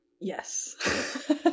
Yes